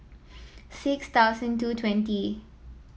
six thousand two twenty